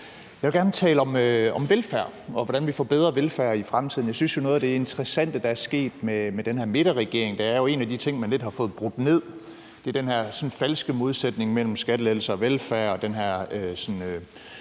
Jeg vil gerne tale om velfærd, og hvordan vi får bedre velfærd i fremtiden. Jeg synes jo, at noget af det interessante, der er sket med den her midterregering, er, at en af de ting, man lidt har fået brudt ned, er den her sådan falske modsætning mellem skattelettelser og velfærd